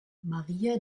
maria